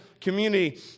community